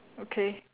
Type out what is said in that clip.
okay